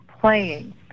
playing